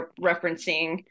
referencing